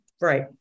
Right